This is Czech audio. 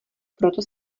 proto